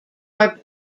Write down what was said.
are